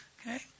Okay